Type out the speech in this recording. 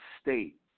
state